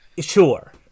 Sure